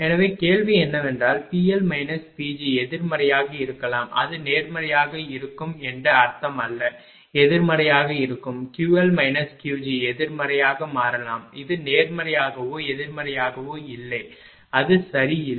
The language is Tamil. எனவே கேள்வி என்னவென்றால் PL Pg எதிர்மறையாக இருக்கலாம் அது நேர்மறையாக இருக்கும் என்று அர்த்தமல்ல எதிர்மறையாக இருக்கும் QL Qg எதிர்மறையாக மாறலாம் இது நேர்மறையாகவோ எதிர்மறையாகவோ இல்லை அது சரி இல்லை